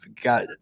got